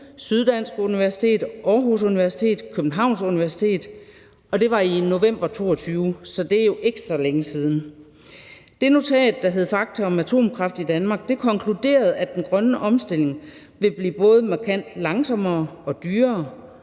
Syddansk Universitet, Aarhus Universitet og Københavns Universitet, og det var i november 2022. Så det er jo ikke så længe siden, og notatet, der hed »Fakta om atomkraft i Danmark«, konkluderede, at den grønne omstilling vil blive både markant langsommere og dyrere,